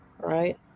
right